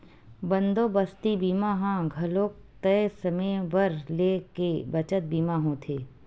बंदोबस्ती बीमा ह घलोक तय समे बर ले गे बचत बीमा होथे